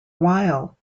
while